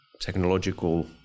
technological